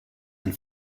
and